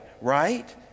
right